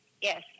Yes